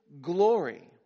glory